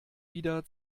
wieder